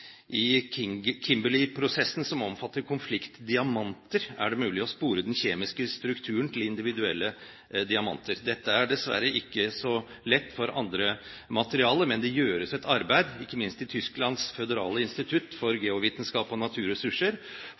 som omfatter konfliktdiamanter er det mulig å spore den kjemiske strukturen til individuelle diamanter. Dette er dessverre ikke så lett for andre materialer, men det gjøres et arbeid, ikke minst i Tysklands føderale institutt for geovitenskap og naturressurser